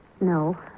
No